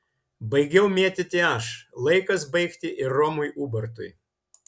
baigiau mėtyti aš laikas baigti ir romui ubartui